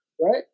right